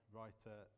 writer